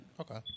okay